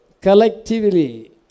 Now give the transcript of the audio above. collectively